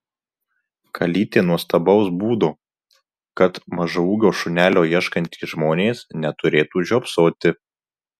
kalytė nuostabaus būdo tad mažaūgio šunelio ieškantys žmonės neturėtų žiopsoti